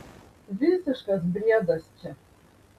visiškas briedas čia